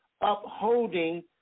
upholding